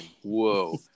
Whoa